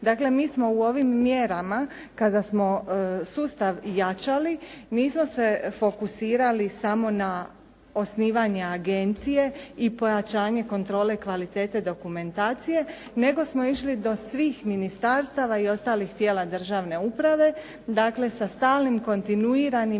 Dakle mi smo u ovim mjerama kada smo sustav jačali, nismo se fokusirali samo na osnivanje agencije i pojačanje kontrole kvalitete dokumentacije nego smo išli do svih ministarstava i ostalih tijela državne uprave, dakle sa stalnim kontinuiranim